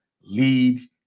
lead